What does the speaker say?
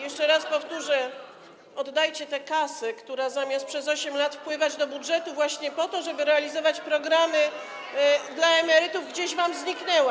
Jeszcze raz powtórzę: oddajcie tę kasę, która zamiast przez 8 lat wpływać do budżetu właśnie po to, żeby realizować programy dla emerytów, gdzieś wam zniknęła.